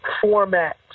format